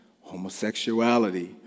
homosexuality